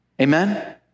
Amen